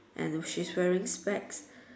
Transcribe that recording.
and she's wearing specs